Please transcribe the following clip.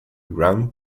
grant